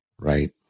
right